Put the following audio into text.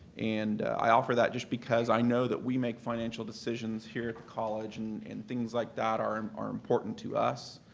and i offer that just because i know that we make financial decisions here at the college and and things like that are and are important to us